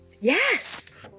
Yes